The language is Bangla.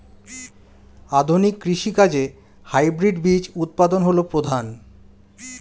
আধুনিক কৃষি কাজে হাইব্রিড বীজ উৎপাদন হল প্রধান